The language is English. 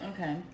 Okay